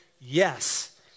yes